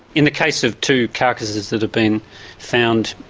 in the case of two carcasses that have been found,